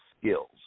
skills